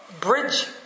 Bridge